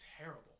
terrible